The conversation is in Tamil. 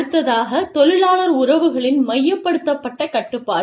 அடுத்ததாகத் தொழிலாளர் உறவுகளின் மையப்படுத்தப்பட்ட கட்டுப்பாடு